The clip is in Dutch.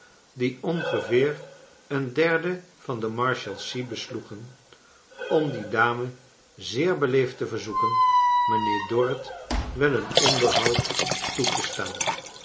die ongeveer een derde van de marshalsea besloegen om die dame zeer beleefd te verzoeken mijnheer dorrit wel een onderhoud toe te staan